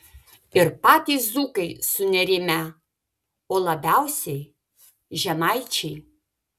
ir patys dzūkai sunerimę o labiausiai žemaičiai